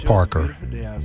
Parker